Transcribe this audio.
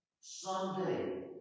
Someday